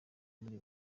muri